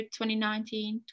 2019